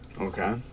Okay